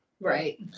Right